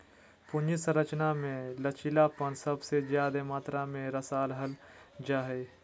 पूंजी संरचना मे लचीलापन सबसे ज्यादे मात्रा मे सराहल जा हाई